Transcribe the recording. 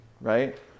right